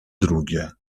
drugie